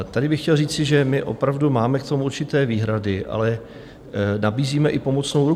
Tady bych chtěl říci, že my opravdu máme k tomu určité výhrady, ale nabízíme i pomocnou ruku.